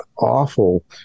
awful